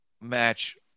match